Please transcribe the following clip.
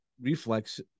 reflex